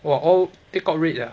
!wah! all take out red sia